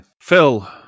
Phil